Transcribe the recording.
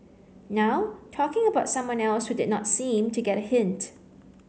now talking about someone else who did not seem to get a hint